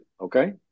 Okay